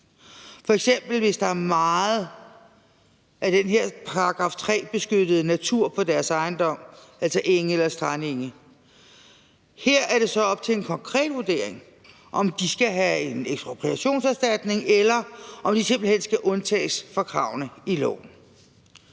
f.eks. hvis der er meget af den her § 3-beskyttede natur på deres ejendom, altså enge eller strandenge. Her er det så op til en konkret vurdering, om de skal have en ekspropriationserstatning, eller om de simpelt hen skal undtages fra kravene i loven.